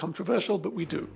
controversial but we do